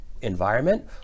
environment